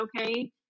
okay